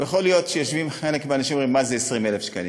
יכול להיות שחלק מהאנשים יושבים ואומרים: מה זה 20,000 שקלים?